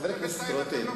חבר הכנסת רותם,